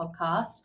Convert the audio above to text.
podcast